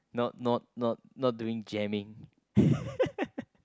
not not not not doing jamming